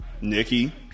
Nikki